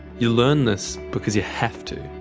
you learn this because you have to.